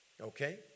okay